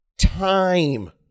time